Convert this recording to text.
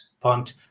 punt